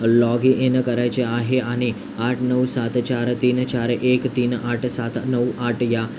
log in करायचे आहे आणि आठ नऊ सात चार तीन चार एक तीन आठ सात नऊ आठ या